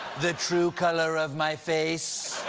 the true color of my face.